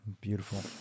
Beautiful